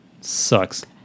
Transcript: Sucks